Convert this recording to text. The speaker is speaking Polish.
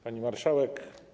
Pani Marszałek!